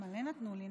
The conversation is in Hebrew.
מלא נתנו לי.